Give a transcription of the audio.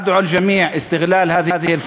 אני קורא לכולם לנצל את ההזדמנות הזאת,